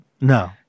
no